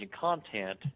content